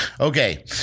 Okay